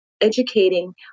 educating